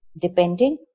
depending